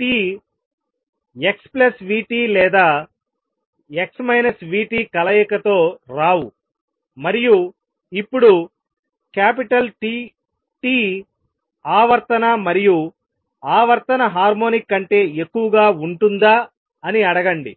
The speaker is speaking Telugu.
t xvt లేదా x vt కలయికతో రావు మరియు ఇప్పుడు T t ఆవర్తన మరియు ఆవర్తన హార్మోనిక్ కంటే ఎక్కువగా ఉంటుందా అని అడగండి